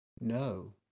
No